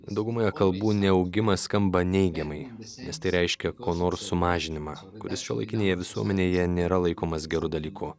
daugumoje kalbų neaugimas skamba neigiamai nes tai reiškia ko nors sumažinimą kuris šiuolaikinėje visuomenėje nėra laikomas geru dalyku